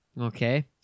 Okay